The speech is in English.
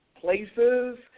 places